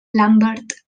lambert